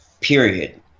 period